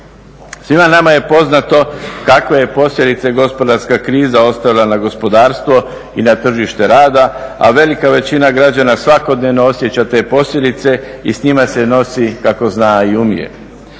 Svima nama je poznato kakve je posljedice gospodarska kriza ostavila na gospodarstvo i na tržište rada a velika većina građana svakodnevno osjeća te posljedice i s njima se nosi kako zna i umije.